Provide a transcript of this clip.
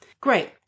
Great